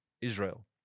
Israel